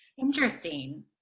Interesting